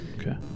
Okay